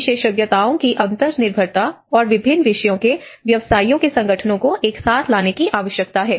विशेषज्ञताओं की अंतर्निर्भरता और विभिन्न विषयों के व्यवसायिओं के संगठनों को एक साथ लाने की आवश्यकता है